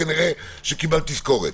כנראה שקיבלת תזכורת.